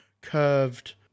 curved